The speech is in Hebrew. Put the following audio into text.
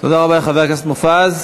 תודה רבה לחבר הכנסת מופז.